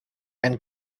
and